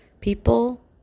people